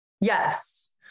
Yes